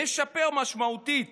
משפר משמעותית